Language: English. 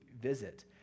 visit